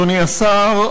אדוני השר,